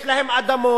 יש להם אדמות,